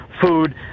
food